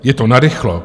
Je to narychlo.